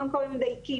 קודם כול, מדייקים.